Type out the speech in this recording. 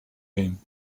game